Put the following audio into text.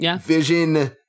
Vision